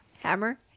hammer